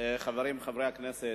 חברי חברי הכנסת,